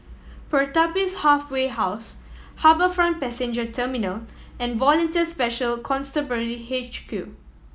Pertapis Halfway House HarbourFront Passenger Terminal and Volunteer Special Constabulary H Q